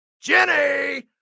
Jenny